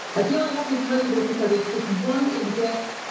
i feel i have to tell you this because it's just one example,